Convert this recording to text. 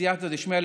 בסייעתא דשמיא,